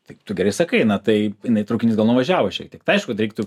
tai tu gerai sakai na taip jinai traukinys gal nuvažiavo šiek tiek tai aišku kad reiktų